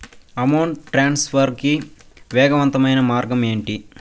amount transfer కి వేగవంతమైన మార్గం ఏంటి